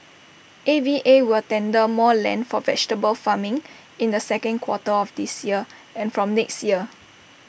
A V A will tender more land for vegetable farming in the second quarter of this year and from next year